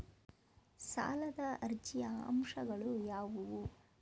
ಸಾಲದ ಅರ್ಜಿಯ ಅಂಶಗಳು ಯಾವುವು?